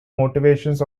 motivations